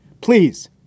Please